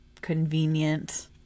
convenient